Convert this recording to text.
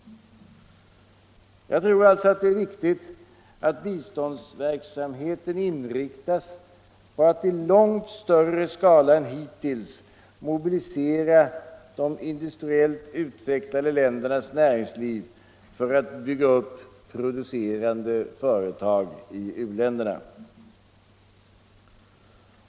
Jag tror alltså att det är viktigt att biståndsverksamheten inriktas på att i en långt större skala än hittills mobilisera de industriellt utvecklade ländernas näringsliv för att bygga upp producerande företag i u-länderna.